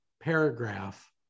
paragraph